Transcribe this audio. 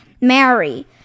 Mary